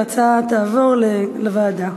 ההצעה תעבור לוועדה.